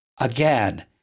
Again